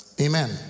amen